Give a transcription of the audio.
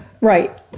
Right